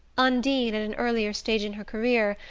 undine, at an earlier stage in her career,